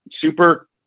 super